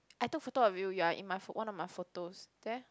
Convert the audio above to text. I took photo of you you are in my one one of my photos there